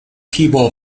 people